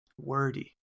wordy